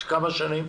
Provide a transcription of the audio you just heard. של כמה שנים?